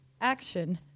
action